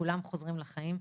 כולם חוזרים לחיים.